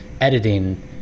editing